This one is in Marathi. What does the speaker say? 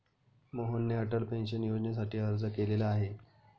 मोहनने अटल पेन्शन योजनेसाठी अर्ज केलेला आहे